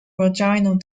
vaginal